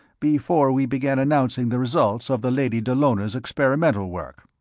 before we began announcing the results of the lady dallona's experimental work.